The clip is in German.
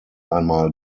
einmal